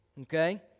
Okay